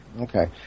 Okay